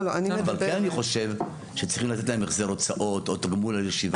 כן אני חושב שצריכים לתת להם החזר הוצאות או תגמול על ישיבה.